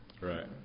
Right